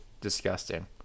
disgusting